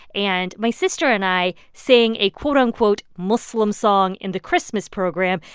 and my sister and i sang a quote unquote muslim song in the christmas program.